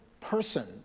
person